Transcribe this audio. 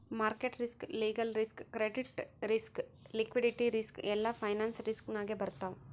market risk, legal risk, credit risk, liquidity risk ಎಲ್ಲಾ finance risk ನಾಗೆ ಬರ್ತಾವ್